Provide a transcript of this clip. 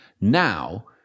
Now